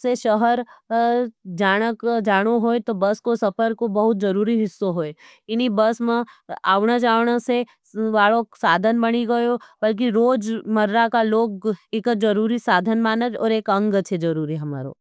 से शहर जानों होई, तो बस को सफर को बहुत जरूरी हिस्सो होई। इनी बस में आवना जावना से साधन बनी गयो, बल्कि रोजमर्रा का लोग एक जरूरी साधन मानज एक अंग है जरूरी हरो।